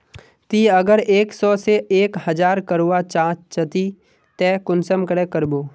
ती अगर एक सो से एक हजार करवा चाँ चची ते कुंसम करे करबो?